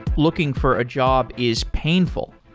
looking for a job is painful,